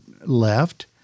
left